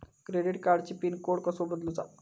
Credit कार्डची pin code कसो बदलुचा?